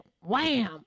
wham